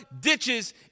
ditches